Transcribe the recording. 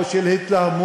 או של התלהמות,